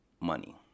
money